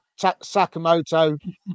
Sakamoto